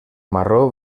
marró